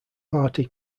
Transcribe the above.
party